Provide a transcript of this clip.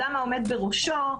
גם העומד בראשו,